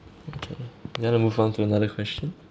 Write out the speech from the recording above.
you want to move on to another question